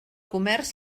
comerç